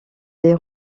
les